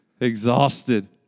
Exhausted